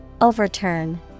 Overturn